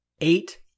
eight